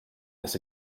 this